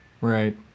Right